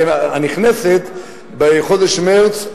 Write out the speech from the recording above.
בחודש מרס,